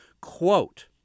quote